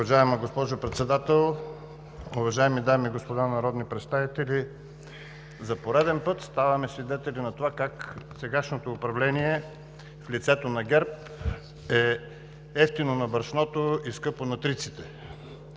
Уважаема госпожо Председател, уважаеми дами и господа народни представители! За пореден път ставаме свидетели как сегашното управление в лицето на ГЕРБ е евтино на брашното и скъпо на триците.